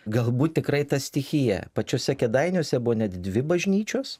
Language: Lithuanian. galbūt tikrai ta stichija pačiuose kėdainiuose buvo net dvi bažnyčios